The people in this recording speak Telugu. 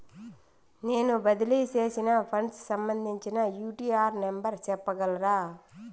నేను బదిలీ సేసిన ఫండ్స్ సంబంధించిన యూ.టీ.ఆర్ నెంబర్ సెప్పగలరా